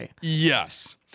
Yes